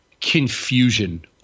confusion